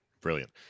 Brilliant